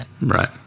right